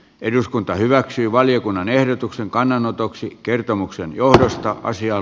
eduskunta hyväksyy valiokunnan ehdotuksen kannanotoksi kertomuksen johdosta asian